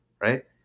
right